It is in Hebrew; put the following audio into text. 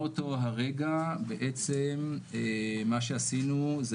מאותו הרגע בעצם מה שעשינו זה